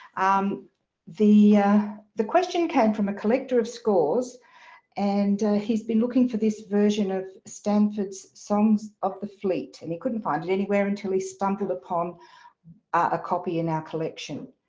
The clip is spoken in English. um the the question came from a collector of scores and he's been looking for this version of stanford's songs of the fleet and he couldn't find it anywhere until he stumbled upon a copy in our collection.